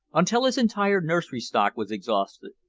until his entire nursery stock was exhausted,